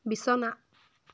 বিছনা